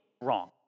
wrong